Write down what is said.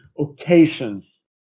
occasions